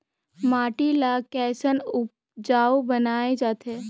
माटी ला कैसन उपजाऊ बनाय जाथे?